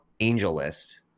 AngelList